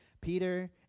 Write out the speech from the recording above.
Peter